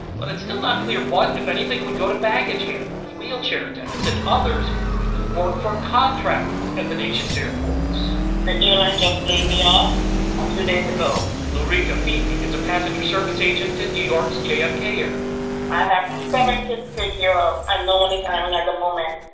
but it's still not clear what, if anything, would go to baggage handlers, wheelchair attendants and others who work for contractors at the nation's airports the airlines just laid me off a few days ago luerica fiffee is a passenger service agent at new york's jfk airport i have seven kids to take care of, and no one is hiring at the moment.